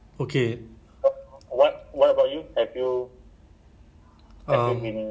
yesterday there's ada satu interview eh recruiter kan